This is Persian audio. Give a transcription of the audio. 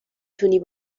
تونی